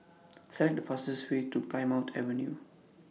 Select The fastest Way to Plymouth Avenue